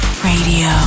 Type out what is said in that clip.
Radio